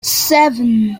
seven